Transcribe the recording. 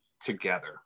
together